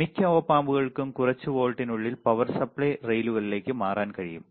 മിക്ക ഒപ്പ് ആമ്പുകൾക്കും കുറച്ച് വോൾട്ടിനുള്ളിൽ പവർ സപ്ലൈ റെയിലുകളിലേക്ക് മാറാൻ കഴിയും